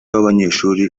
w’abanyeshuri